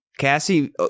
Cassie